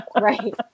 right